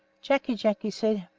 jacky jacky said